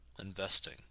investing